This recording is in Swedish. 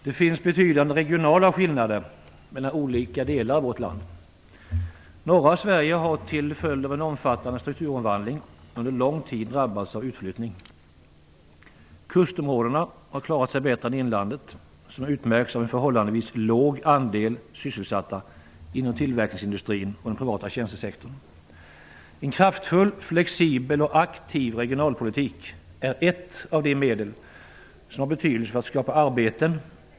Herr talman! Det finns betydande regionala skillnader mellan olika delar av vårt land. Till följd av en omfattande strukturomvandling har norra Sverige under lång tid drabbats av utflyttning. Kustområdena har klarat sig bättre än inlandet, som utmärks av en förhållandevis låg andel sysselsatta inom tillverkningsindustrin och den privata tjänstesektorn. En kraftfull, flexibel och aktiv regionalpolitik är ett av de medel som har betydelse för att skapa arbete.